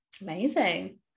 amazing